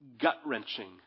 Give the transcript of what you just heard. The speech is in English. gut-wrenching